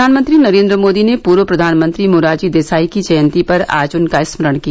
प्रधानमंत्री नरेन्द्र मोदी ने पूर्व प्रधानमंत्री मोरारजी देसाई की जयंती पर आज उनका स्मरण किया